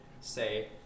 say